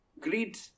greed